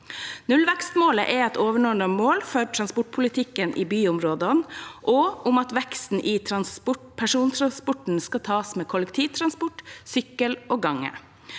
Nullvekstmålet er et overordnet mål for transportpolitikken i byområdene om at veksten i persontransporten skal tas med kollektivtransport, sykkel og gange.